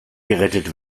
gerettet